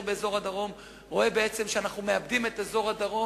באזור הדרום רואה שאנחנו מאבדים את הדרום,